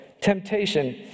temptation